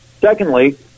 Secondly